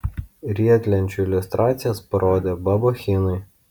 riedlenčių iliustracijas parodė babachinui